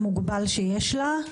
אבל אנחנו כמובן נשמע אותה.